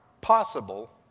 possible